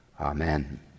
Amen